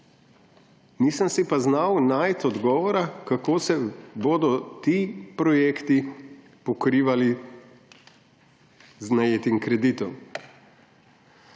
Nisem si pa znal najti odgovora, kako se bodo ti projekti pokrivali z najetim kreditom.